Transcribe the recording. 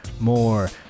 more